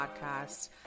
Podcast